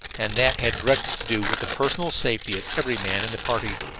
and that had directly to do with the personal safety of every man in the party.